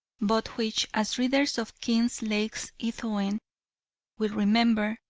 but which, as readers of kinglake's eothen will remember,